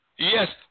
Yes